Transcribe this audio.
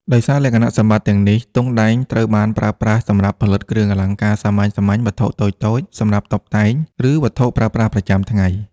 ដោយសារលក្ខណៈសម្បត្តិទាំងនេះ ទង់ដែងត្រូវបានប្រើប្រាស់សម្រាប់ផលិតគ្រឿងអលង្ការសាមញ្ញៗ វត្ថុតូចៗសម្រាប់តុបតែង ឬវត្ថុប្រើប្រាស់ប្រចាំថ្ងៃ។